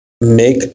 make